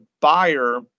buyer